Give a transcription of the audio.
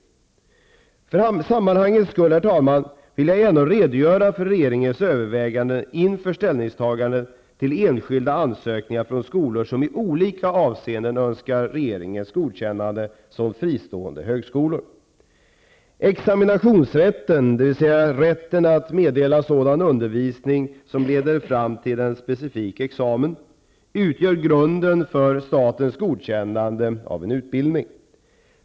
För sammanhangets skull vill jag gärna redogöra för regeringens överväganden inför ställningstaganden beträffande enskilda ansökningar från skolor som i olika avseenden önskar regeringens godkännande som fristående högskolor. Examinationsrätten, dvs. rätten att meddela sådan undervisning som leder fram till en specifik examen, utgör grunden för statens godkännande av en utbildning.